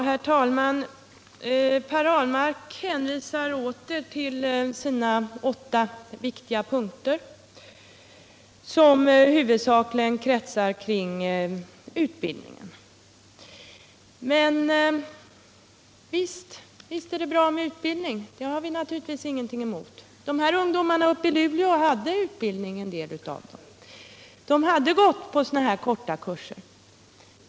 Herr talman! Per Ahlmark hänvisar åter till sina åtta viktiga punkter, som huvudsakligen kretsar kring utbildning. Visst är det bra med utbildning — vi har naturligtvis ingenting emot den. En del av ungdomarna i Luleå hade också utbildning. De hade gått på de här korta kurserna.